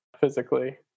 physically